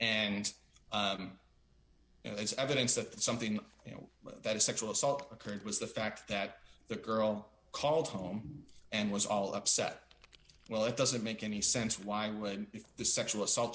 it's evidence that something you know that a sexual assault occurred was the fact that the girl called home and was all upset well it doesn't make any sense why would this sexual assault